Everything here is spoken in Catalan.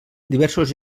diversos